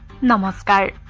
memo scare